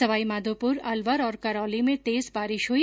सवाईमाधोपुर अलवर और करोली में तेज बारिश हुई